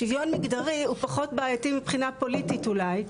שוויון מגדרי הוא פחות בעייתי מבחינה פוליטית אולי,